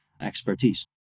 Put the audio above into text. expertise